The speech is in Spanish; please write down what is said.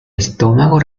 estómago